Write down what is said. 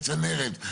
צנרת,